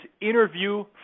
Interview